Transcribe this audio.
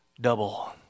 double